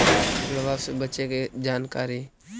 किड़बा से बचे के जानकारी?